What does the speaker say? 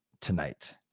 tonight